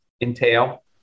entail